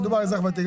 מדובר על אזרח ותיק.